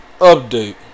Update